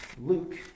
Luke